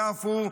יפו?